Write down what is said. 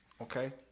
Okay